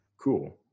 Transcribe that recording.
cool